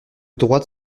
droite